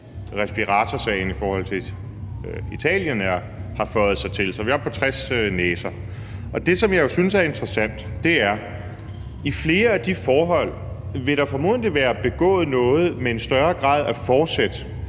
respiratorsagen i forhold til Italien har føjet sig til. Så vi er oppe på 60 næser. Og det, som jeg jo synes er interessant, er, at i flere af de forhold vil der formodentlig være begået noget med en større grad af forsæt